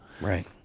Right